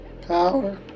Power